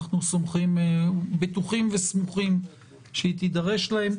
אנחנו בטוחים וסמוכים שהיא תידרש להם.